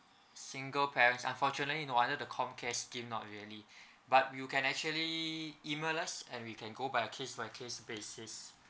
single parents unfortunately no wonder the com care scheme not really but you can actually email us and we can go by your case by case basis